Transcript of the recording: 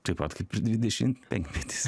taip pat kaip ir dvidešimtpenkmetis